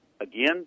again